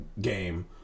game